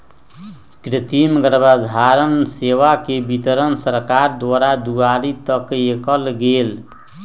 कृतिम गर्भधारण सेवा के वितरण सरकार द्वारा दुआरी तक कएल गेल